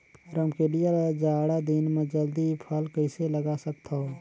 रमकलिया ल जाड़ा दिन म जल्दी फल कइसे लगा सकथव?